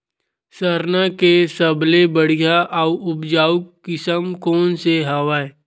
सरना के सबले बढ़िया आऊ उपजाऊ किसम कोन से हवय?